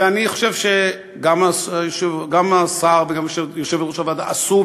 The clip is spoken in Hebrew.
ואני חושב שגם השר וגם יושבת-ראש הוועדה עשו,